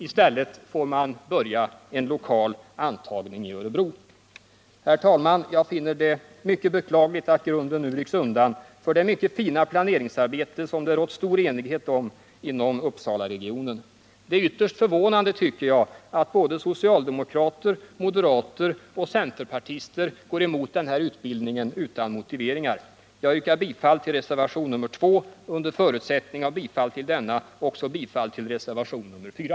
I stället får man börja en lokal antagning i Örebro. Herr talman! Jag finner det mycket beklagligt att grunden nu rycks undan för det mycket fina planeringsarbete som det rått stor enighet om inom Uppsalaregionen. Jag tycker att det är ytterst förvånande att såväl socialdemokrater som moderater och centerpartister utan motivering går emot denna utbildning. Jag vill yrka bifall till reservationen 2 och under förutsättning av bifall till denna också bifall till reservationen 4.